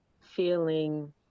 feeling